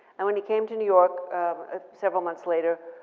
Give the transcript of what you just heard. and when he came to new york several months later,